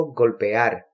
golpear